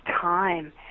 time